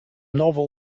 novel